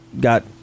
got